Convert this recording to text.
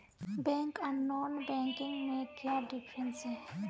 Bank आर non banking में क्याँ डिफरेंस है?